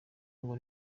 ngo